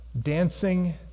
dancing